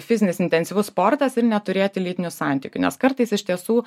fizinis intensyvus sportas ir neturėti lytinių santykių nes kartais iš tiesų